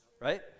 right